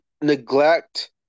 neglect